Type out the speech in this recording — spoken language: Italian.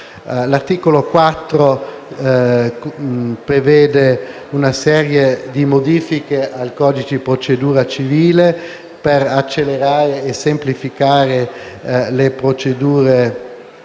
L'articolo 4 prevede una serie di modifiche al codice di procedura civile, per accelerare e semplificare le procedure